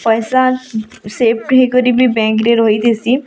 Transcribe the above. ପଇସା ସେଭ୍ ବି ହେଇକରି ବି ବ୍ୟାଙ୍କ୍ରେ ରହିଥେସି